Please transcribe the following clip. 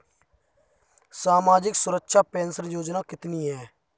सामाजिक सुरक्षा पेंशन योजना कितनी हैं?